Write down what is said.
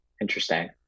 Interesting